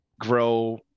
grow